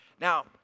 Now